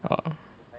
oh